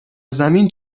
زمین